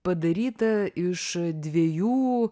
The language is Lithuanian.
padaryta iš dviejų